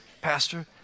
pastor